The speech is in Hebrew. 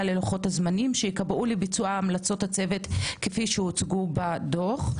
ללוחות הזמנים שייקבעו לביצוע המלצות הצוות כפי שהוצגו בדוח.